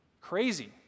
Crazy